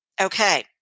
Okay